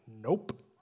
nope